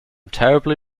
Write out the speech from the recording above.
terribly